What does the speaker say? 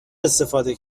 استفاده